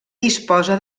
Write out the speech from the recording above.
disposa